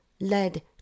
led